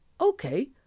okay